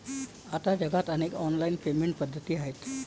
आता जगात अनेक ऑनलाइन पेमेंट पद्धती आहेत